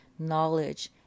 knowledge